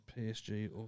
PSG